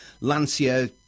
Lancia